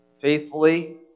faithfully